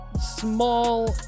small